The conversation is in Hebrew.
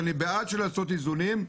ואני בעד לעשות איזונים,